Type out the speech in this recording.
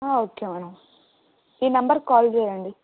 okay madam ఈ నంబర్కి call చేయండి